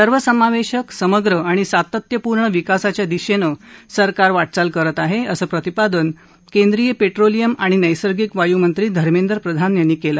सर्वसमावेशक समग्र आणि सातत्यपूर्ण विकासाच्या दिशेने सरकार वाटचाल करत आहे असं प्रतिपादन केंद्रीय पेट्रोलियम आणि नैसर्गिक वायू मंत्री धर्मेंद्र प्रधान यांनी केलं